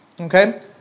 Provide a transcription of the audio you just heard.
Okay